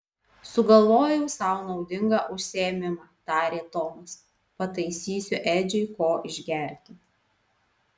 sugalvojau sau naudingą užsiėmimą tarė tomas pataisysiu edžiui ko išgerti